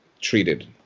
treated